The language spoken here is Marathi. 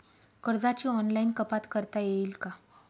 कर्जाची ऑनलाईन कपात करता येईल का?